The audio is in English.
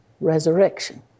resurrection